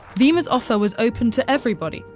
vemma's offer was open to everybody,